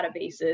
databases